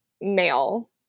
male